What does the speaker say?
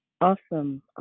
Awesome